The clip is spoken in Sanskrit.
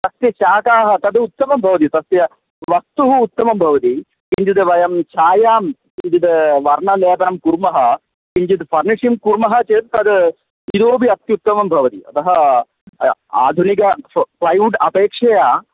तस्य शाकाः तद् उत्तमं भवति तस्य वस्तु उत्तमं भवति किञ्चिद् वयं छायां किञ्चिद् वर्णलेपनं कुर्मः किञ्चिद् फ़र्निषिङ्ग् कुर्मः चेत् तद् इतोपि अत्युत्तमं भवति अतः आधुनिकं फ़्लैवूड् अपेक्षया